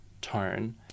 tone